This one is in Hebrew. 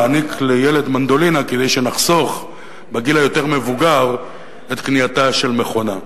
להעניק לילד מנדולינה כדי שנחסוך בגיל יותר מבוגר את קנייתה של מכונה.